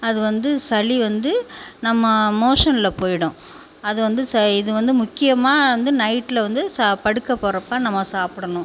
அது வந்து சளி வந்து நம்ம மோஷனில் போயிவிடும் அது வந்து ச இது வந்து முக்கியமாக வந்து நைட்டில் வந்து ச படுக்கப் போறப்போ நம்ம சாப்பிடணும்